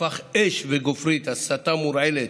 שפך אש וגופרית, הסתה מורעלת,